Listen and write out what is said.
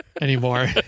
Anymore